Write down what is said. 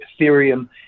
Ethereum